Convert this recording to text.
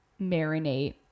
marinate